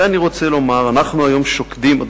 לכן אני רוצה לומר: אנחנו שוקדים היום,